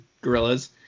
gorillas